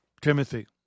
Timothy